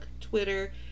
Twitter